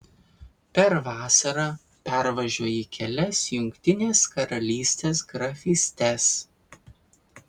per vasarą pervažiuoji kelias jungtinės karalystės grafystes